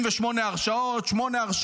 ההומופוב